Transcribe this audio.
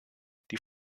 die